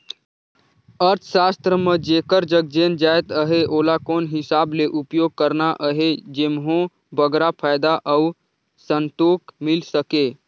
अर्थसास्त्र म जेकर जग जेन जाएत अहे ओला कोन हिसाब ले उपयोग करना अहे जेम्हो बगरा फयदा अउ संतोक मिल सके